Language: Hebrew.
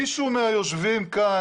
מישהו מהיושבים כאן,